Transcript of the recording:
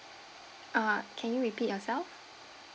uh can you repeat yourself